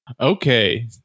Okay